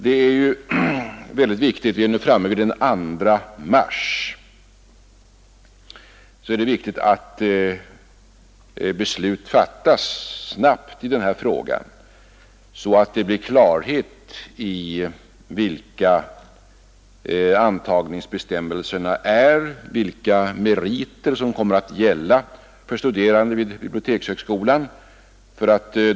Vi är nu framme vid den 2 mars och det är därför mycket viktigt att beslut fattas snabbt i denna fråga, så att det blir klart vilka intagningsbestämmelser som gäller och vilka meriter som kommer att fordras för studerande vid bibliotekshögskolan.